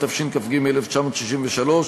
התשכ"ג 1963,